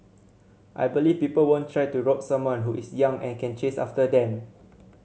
I believe people won't try to rob someone who is young and can chase after them